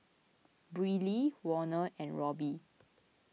Briley Warner and Robbie